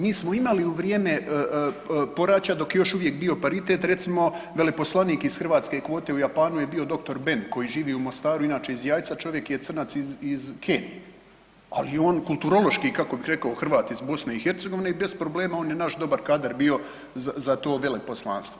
Mi smo imali u vrijeme poraća dok je još uvijek bio paritet recimo veleposlanik ih hrvatske kvote u Japanu je bio doktor Ben koji živi u Mostaru, inače iz Jajca, čovjek je crnac iz Kenije, ali je on kulturološki kako bih rekao Hrvat iz BiH i bez problema on je naš dobar kadar bio za to veleposlanstvo.